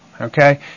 Okay